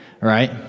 Right